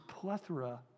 plethora